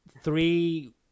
three